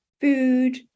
food